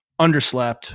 underslept